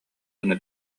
гынна